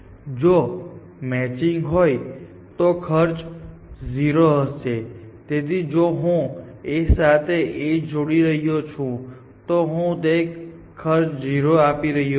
જો મેચિંગ હોય તો ખર્ચ 0 હશે તેથી જો હું A સાથે A જોડી રહ્યો છું તો હું તેને ખર્ચ 0 આપી રહ્યો છું